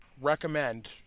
recommend